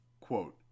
Quote